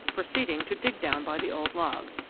proceeding to dig down by the old log.